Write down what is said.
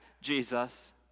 Jesus